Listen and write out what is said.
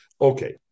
Okay